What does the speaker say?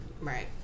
right